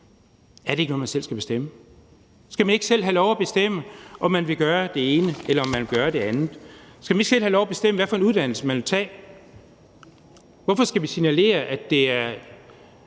Er det ikke noget, man selv skal bestemme? Skal man ikke selv have lov at bestemme, om man vil gøre det ene, eller om man vil gøre det andet? Skal man ikke selv have lov at bestemme, hvad for en uddannelse man vil tage? Hvorfor skal vi signalere, at det er